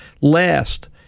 Last